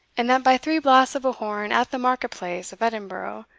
and that by three blasts of a horn at the market-place of edinburgh,